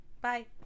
Bye